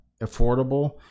affordable